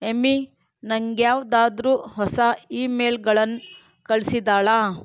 ಎಮಿ ನಂಗೆಯಾವ್ದಾದರು ಹೊಸ ಈಮೇಲ್ಗಳನ್ನು ಕಳಿಸಿದ್ದಾಳಾ